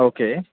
okay